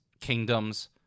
kingdoms